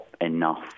enough